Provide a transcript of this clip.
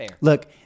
Look